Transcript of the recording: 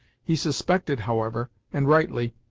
he suspected, however, and rightly,